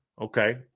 okay